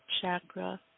chakra